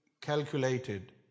calculated